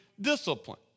discipline